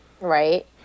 Right